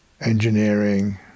engineering